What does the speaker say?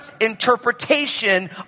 interpretation